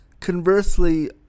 Conversely